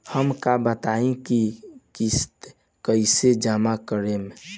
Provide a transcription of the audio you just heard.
हम का बताई की किस्त कईसे जमा करेम?